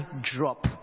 drop